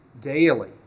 daily